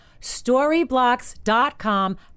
storyblocks.com